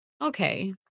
Okay